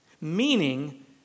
meaning